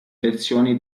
versioni